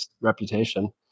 reputation